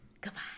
Goodbye